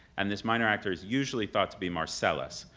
and this minor actor is usually thought to be marcellus,